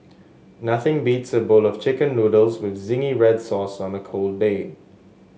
nothing beats a bowl of chicken noodles with zingy red sauce on a cold day